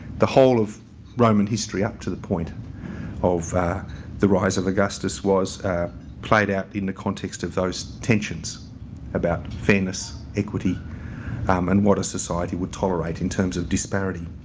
the whole of roman history up to the point of the rise of augustus was played out in the context of those tensions about fairness, equity um and what a society would tolerate in terms of disparity.